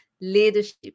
leadership